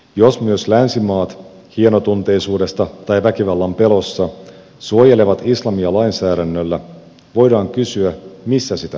jos myös länsimaat hienotunteisuudesta tai väkivallan pelossa suojelevat islamia lainsäädännöllä voidaan kysyä missä sitä voi arvostella